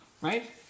right